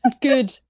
good